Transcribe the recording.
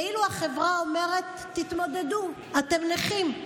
כאילו החברה אומרת: תתמודדו, אתם נכים.